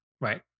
Right